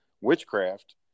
witchcraft